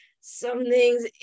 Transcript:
something's